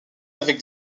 avec